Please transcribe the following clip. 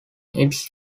its